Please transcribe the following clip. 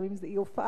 לפעמים זה אי-הופעה,